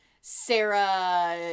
Sarah